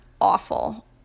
awful